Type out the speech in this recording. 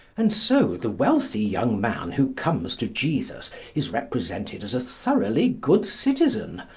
and so the wealthy young man who comes to jesus is represented as a thoroughly good citizen,